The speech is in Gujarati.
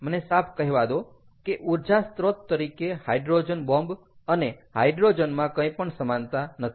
મને સાફ કહેવા દો કે ઊર્જા સ્ત્રોત તરીકે હાઈડ્રોજન બોમ્બ અને હાઇડ્રોજનમાં કંઈ પણ સમાનતા નથી